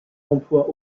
emploient